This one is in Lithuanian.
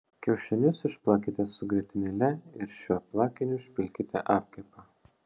kiaušinius išplakite su grietinėle ir šiuo plakiniu užpilkite apkepą